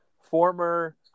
former